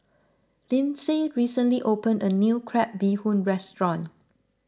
Lyndsay recently opened a new Crab Bee Hoon restaurant